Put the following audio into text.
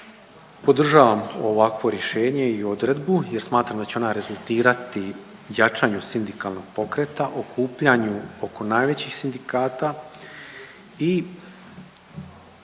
podržavam ovako rješenje i odredbu jer smatram da će ona rezultirati jačanju sindikalnog pokreta, okupljanju oko najvećih sindikata i da